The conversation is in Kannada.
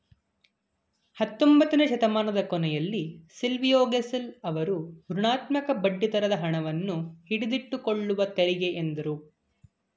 ಹತ್ತೊಂಬತ್ತನೆ ಶತಮಾನದ ಕೊನೆಯಲ್ಲಿ ಸಿಲ್ವಿಯೋಗೆಸೆಲ್ ಅವ್ರು ಋಣಾತ್ಮಕ ಬಡ್ಡಿದರದ ಹಣವನ್ನು ಹಿಡಿದಿಟ್ಟುಕೊಳ್ಳುವ ತೆರಿಗೆ ಎಂದ್ರು